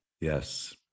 Yes